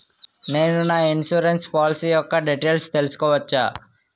నేను నా insurance policy యెక్క డీటైల్స్ తెల్సుకోవచ్చా?